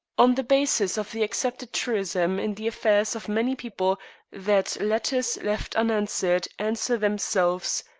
on the basis of the accepted truism in the affairs of many people that letters left unanswered answer themselves,